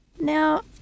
Now